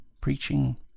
preaching